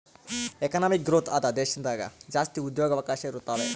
economic growth ಆದ ದೇಶದಾಗ ಜಾಸ್ತಿ ಉದ್ಯೋಗವಕಾಶ ಇರುತಾವೆ